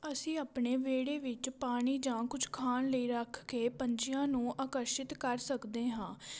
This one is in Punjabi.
ਅਸੀਂ ਆਪਣੇ ਵਿਹੜੇ ਵਿੱਚ ਪਾਣੀ ਜਾਂ ਕੁਛ ਖਾਣ ਲਈ ਰੱਖ ਕੇ ਪੰਛੀਆਂ ਨੂੰ ਆਕਰਸ਼ਿਤ ਕਰ ਸਕਦੇ ਹਾਂ